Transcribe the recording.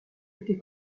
été